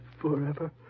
forever